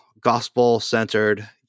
gospel-centered